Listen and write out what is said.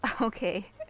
Okay